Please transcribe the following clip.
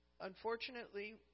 Unfortunately